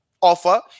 Offer